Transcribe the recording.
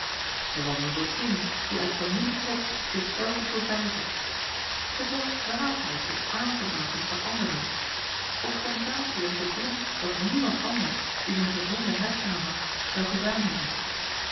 zij was eene zottin die uit familietrots zich zelve voorbijzag het was dwaasheid zich arm te maken voor anderen ostentatie om te doen wat niemand anders die zijne gezonde hersenen had zou gedaan hebben